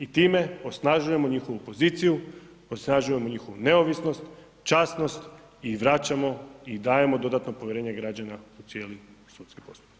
I time osnažujemo njihovu poziciju, osnažujemo njihovu neovisnost, časnost i vraćamo i dajemo dodatno povjerenje građana u cijeli sudski postupak.